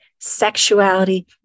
sexuality